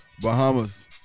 Bahamas